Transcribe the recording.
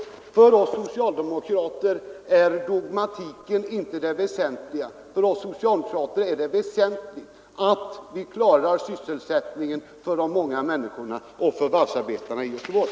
För oss socialdemokrater är dogmatiken inte det väsentliga, utan det viktiga för oss är att klara sysselsättningen för de många människorna och för varvsarbetarna i Göteborg.